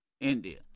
India